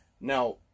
Now